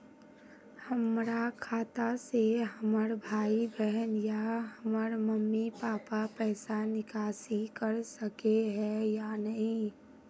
हमरा खाता से हमर भाई बहन या हमर मम्मी पापा पैसा निकासी कर सके है या नहीं?